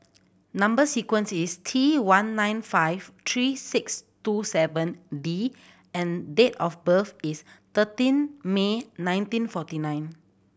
number sequence is T one nine five three six two seven D and date of birth is thirteen May nineteen forty nine